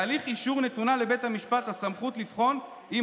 בהליך אישור נתונה לבית המשפט הסמכות לבחון אם